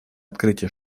открытие